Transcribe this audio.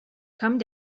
come